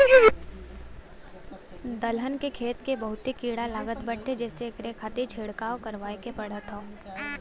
दलहन के खेत के बहुते कीड़ा लागत बाटे जेसे एकरे खातिर छिड़काव करवाए के पड़त हौ